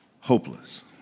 hopeless